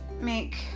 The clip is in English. make